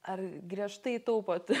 ar griežtai taupot